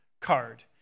card